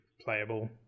playable